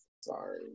Sorry